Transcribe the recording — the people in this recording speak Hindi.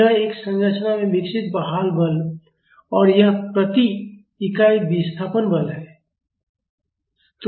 यह एक संरचना में विकसित बहाल बल है और यह प्रति इकाई विस्थापन बल है